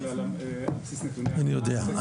אני יודע.